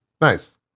Nice